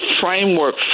framework